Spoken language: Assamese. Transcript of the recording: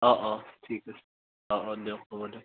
অঁ অঁ ঠিক আছে অঁ অঁ দিয়ক হ'ব দিয়ক